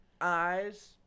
eyes